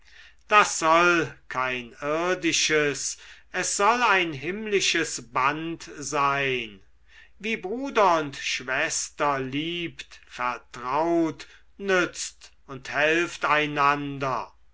das soll kein irdisches es soll ein himmlisches band sein wie bruder und schwester liebt vertraut nützt und helft einander